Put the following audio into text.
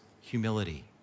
humility